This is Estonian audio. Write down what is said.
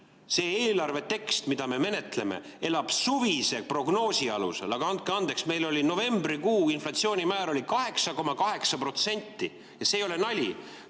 See eelarve tekst, mida me menetleme, elab suvise prognoosi alusel, aga andke andeks, meil oli novembrikuu inflatsioonimäär 8,8%. Ja see ei ole nali.